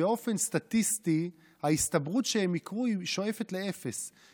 שבאופן סטטיסטי ההסתברות שהן יקרו שואפת לאפס.